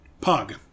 Pug